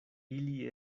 ili